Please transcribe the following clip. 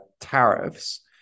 tariffs